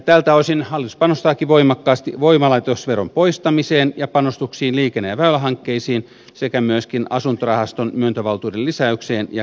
tältä osin hallitus panostaakin voimakkaasti voimalaitosveron poistamiseen ja panostuksiin liikenne ja väylähankkeisiin sekä myöskin asuntorahaston myöntövaltuuden lisäykseen ja käynnistämisavustuksiin